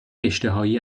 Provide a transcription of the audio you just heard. اشتهایی